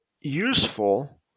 useful